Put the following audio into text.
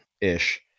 ish